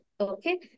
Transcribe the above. okay